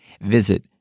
Visit